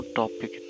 topic